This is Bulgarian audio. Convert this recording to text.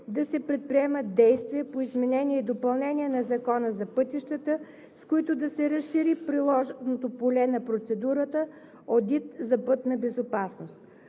да се предприемат действия по изменение и допълнение на Закона за пътищата, с които да се разшири приложното поле на процедурата одит за пътна безопасност.